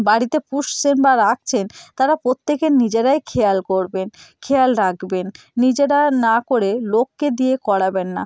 বাড়িতে পুষছেন বা রাখছেন তার প্রত্যেকে নিজেরাই খেয়াল করবেন খেয়াল রাখবেন নিজেরা না করে লোককে দিয়ে করাবেন না